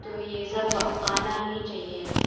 तो यह सब आना ही चाहिए